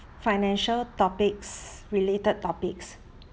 financial topics related topics